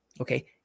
Okay